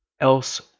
else